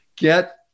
Get